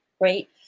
great